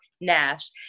NASH